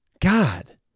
God